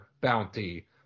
bounty